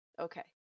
Okay